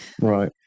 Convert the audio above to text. Right